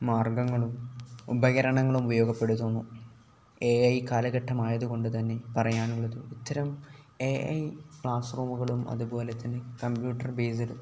മാർഗ്ഗങ്ങളും ഉപകരണങ്ങളും ഉപയോഗപ്പെടുത്തുന്നു എ ഐ കാലഘട്ടമായത് കൊണ്ട് തന്നെ പറയാനുള്ളത് ഇത്തരം എ ഐ ക്ലാസ് റൂമുകളും അതുപോലെ തന്നെ കമ്പ്യൂട്ടർ ബേസഡും